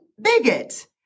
bigot